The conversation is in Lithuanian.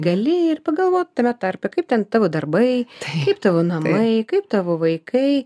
gali ir pagalvot tame tarpe kaip ten tavo darbai kaip tavo namai kaip tavo vaikai